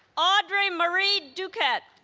audrey marie duquette